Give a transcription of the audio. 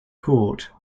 court